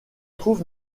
trouve